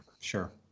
sure